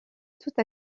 toute